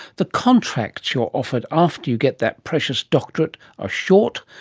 the contracts you're offered after you get that precious doctorate are short,